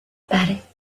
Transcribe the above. par